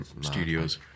studios